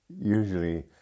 usually